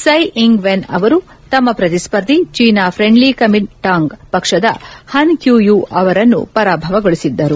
ಸೈ Ing Wen ಅವರು ತಮ್ಮ ಶ್ರತಿಸ್ಪರ್ಧಿ ಚೀನಾ ಫ಼ೆಂಡ್ಲಿ ಕುಮಿನ್ಚಾಂಗ್ ಪಕ್ಷದ ಹನ್ ಕ್ಯೂ ಯು ಅವರನ್ನು ಪರಾಭವಗೊಳಿಸಿದರು